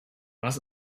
was